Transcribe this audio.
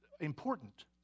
important